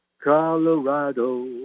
Colorado